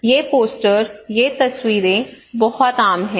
ये पोस्टर ये तस्वीरें बहुत आम हैं